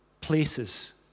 places